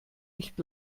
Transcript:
nicht